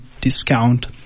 discount